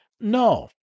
no